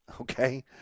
Okay